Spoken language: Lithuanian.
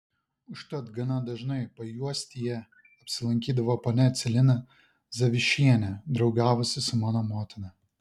užtat gana dažnai pajuostyje apsilankydavo ponia celina zavišienė draugavusi su mano motina